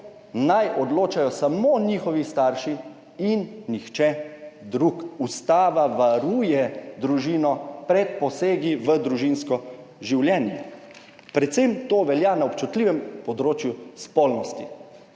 naj odločajo samo njihovi starši in nihče drug. Ustava varuje družino pred posegi v družinsko življenje. Predvsem to velja na občutljivem področju spolnosti